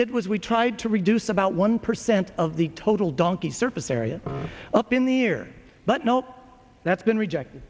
did was we tried to reduce about one percent of the total donkey surface area up in the year but nope that's been rejected